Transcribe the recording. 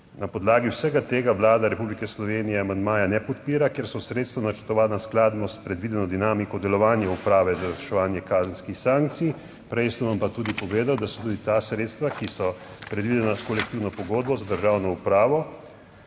Na podlagi vsega tega Vlada Republike Slovenije amandmaja ne podpira, ker so sredstva načrtovana skladno s predvideno dinamiko delovanja Uprave za izvrševanje kazenskih sankcij, prej sem vam pa tudi povedal, da so tudi ta sredstva, ki so predvidena s kolektivno pogodbo za državno upravo,